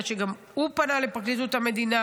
אני יודעת שגם הוא פנה לפרקליטות המדינה